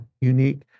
unique